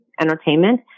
entertainment